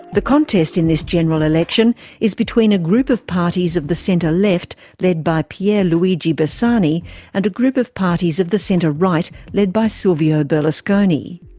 the contest in this general election is between a group of parties of the centre left led by pier luigi bersani and a group of parties of the centre right led by silvio berlusconi.